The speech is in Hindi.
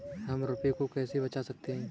हम रुपये को कैसे बचा सकते हैं?